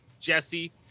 Jesse